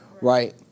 right